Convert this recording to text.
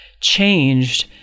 changed